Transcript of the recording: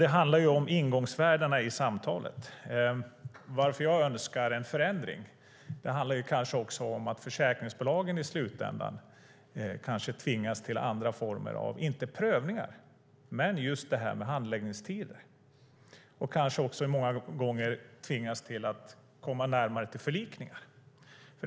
Det handlar ju om ingångsvärdena i samtalet. Skälet till att jag önskar en förändring handlar också om att försäkringsbolagen i slutändan kanske tvingas till andra former av, inte prövningar men just det här med handläggningstider. De kanske också många gånger tvingas komma närmare förlikningar.